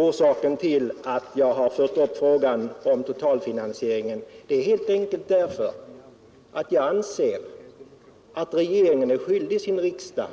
Orsaken till att jag fört upp frågan om totalfinansieringen är helt enkelt att jag anser, att regeringen är skyldig sin riksdag